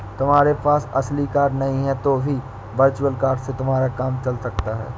तुम्हारे पास असली कार्ड नहीं है तो भी वर्चुअल कार्ड से तुम्हारा काम चल सकता है